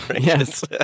yes